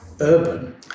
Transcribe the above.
urban